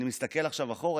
אני מסתכל עכשיו אחורה,